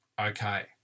Okay